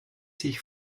sich